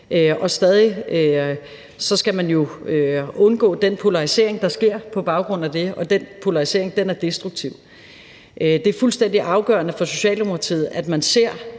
og stadig skal man jo undgå den polarisering, der sker på baggrund af det. Den polarisering er destruktiv. Det er fuldstændig afgørende for Socialdemokratiet, at man ser